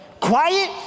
Quiet